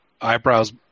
eyebrows